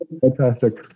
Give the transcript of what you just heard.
Fantastic